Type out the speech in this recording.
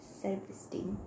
self-esteem